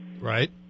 right